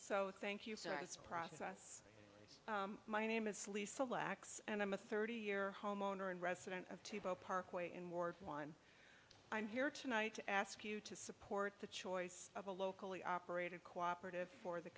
so thank you sir it's a process my name is lisa lax and i'm a thirty year homeowner and resident of tivo parkway in ward one i'm here tonight to ask you to support the choice of a locally operated cooperative for the